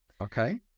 Okay